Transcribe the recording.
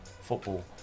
football